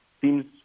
seems